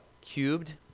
cubed